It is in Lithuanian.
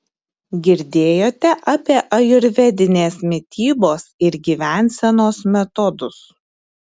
girdėjote apie ajurvedinės mitybos ir gyvensenos metodus